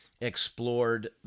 explored